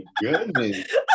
goodness